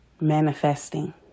manifesting